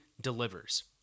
delivers